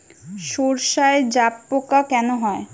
সর্ষায় জাবপোকা কেন হয়?